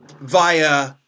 via